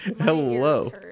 hello